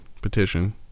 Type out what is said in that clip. petition